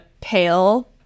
pale